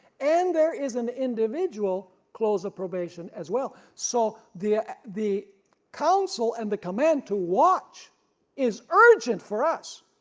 and there is an individual close of probation as well. so the the council and the command to watch is urgent for us,